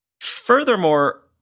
Furthermore